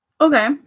Okay